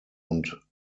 und